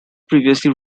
previously